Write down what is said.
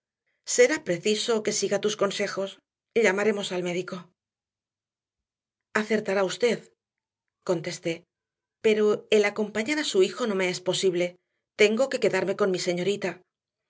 será preciso que siga tus consejos llamaremos al médico acertará usted contesté pero el acompañar a su hijo no me es posible tengo que quedarme con mi señorita